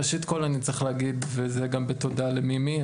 ראשית כל אני צריך להגיד וזה גם בתודה למימי,